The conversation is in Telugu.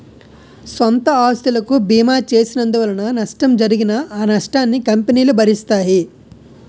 సొంత ఆస్తులకు బీమా చేసినందువలన నష్టం జరిగినా ఆ నష్టాన్ని కంపెనీలు భరిస్తాయి